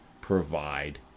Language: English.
provide